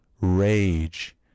rage